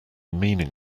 meaning